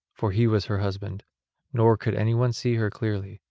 for he was her husband nor could anyone see her clearly,